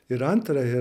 ir antrąją